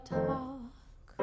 talk